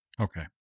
okay